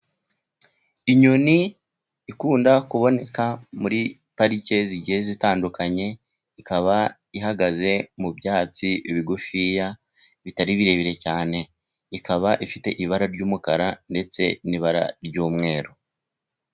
Inyoni ikunda kuboneka muri parike zigiye zitandukanye, ikaba ihagaze mu byatsi bigufiya bitari birebire cyane, ikaba ifite ibara ry'umukara ndetse n'ibara ry'umweru.